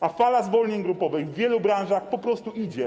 A fala zwolnień grupowych w wielu branżach po prostu idzie.